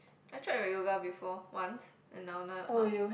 I tried on yoga before once and now now not